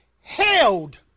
held